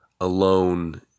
alone